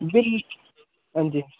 जी हांजी